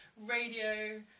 radio